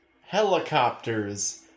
helicopters